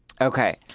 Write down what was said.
Okay